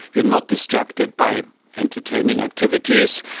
you are not distracted by entertaining activities.